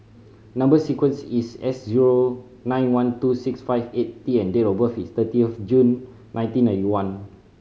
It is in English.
number sequence is S zero nine one two six five eight T and date of birth is thirty of June nineteen ninety one